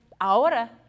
ahora